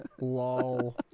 lol